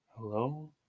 Hello